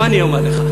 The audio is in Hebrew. בוא אני אומר לך,